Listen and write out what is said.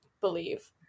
believe